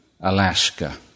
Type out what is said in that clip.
Alaska